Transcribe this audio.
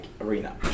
arena